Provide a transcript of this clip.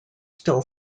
still